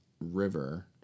river